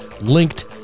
linked